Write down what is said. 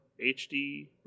HD